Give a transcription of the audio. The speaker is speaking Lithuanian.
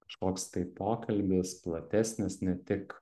kažkoks tai pokalbis platesnis ne tik